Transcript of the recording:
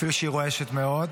אפילו שהיא רועשת מאוד,